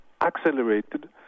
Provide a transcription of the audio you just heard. accelerated